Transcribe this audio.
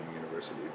university